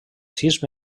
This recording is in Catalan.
sis